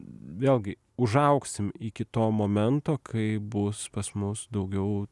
vėlgi užaugsim iki to momento kai bus pas mus daugiau